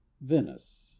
VENICE